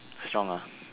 strong ah